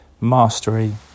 mastery